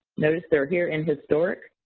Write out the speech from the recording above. notice they're here in historic.